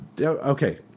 Okay